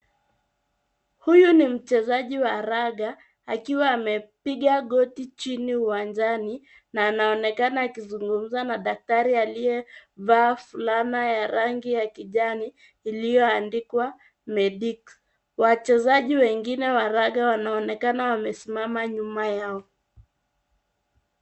Huyu ni mchezaji wa raga, akiwa amepiga goti chini uwanjani, na anaonekana akizungumza na daktari aliyevaa fulana ya rangi ya kijani, iliyoandikwa medics . Wachezaji wengine wa raga wanaonekana wamesimama nyuma yao.